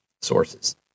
Sources